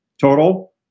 total